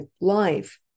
life